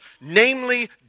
namely